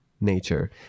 nature